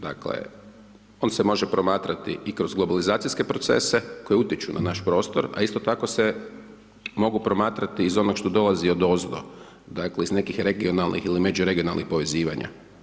Dakle, on se može promatrati i kroz globalizacijske procese koji utječu na naš prostor, a isto tako se mogu promatrati iz onoga što dolazi odozdo, dakle, iz nekih regionalnih ili međuregionalnih povezivanja.